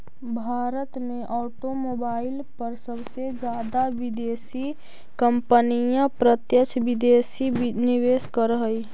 भारत में ऑटोमोबाईल पर सबसे जादा विदेशी कंपनियां प्रत्यक्ष विदेशी निवेश करअ हई